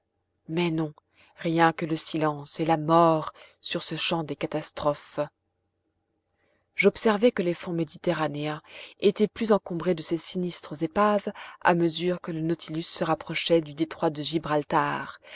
mais non rien que le silence et la mort sur ce champ des catastrophes j'observai que les fonds méditerranéens étaient plus encombrés de ces sinistres épaves à mesure que le nautilus se rapprochait du détroit de gibraltar